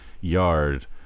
yard